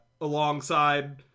alongside